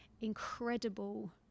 incredible